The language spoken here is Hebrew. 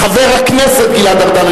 חבר הכנסת גלעד ארדן,